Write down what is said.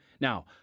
Now